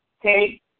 Okay